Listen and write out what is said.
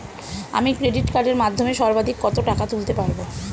আমি ক্রেডিট কার্ডের মাধ্যমে সর্বাধিক কত টাকা তুলতে পারব?